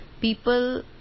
people